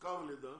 מסוכם על ידם